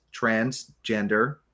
transgender